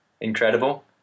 incredible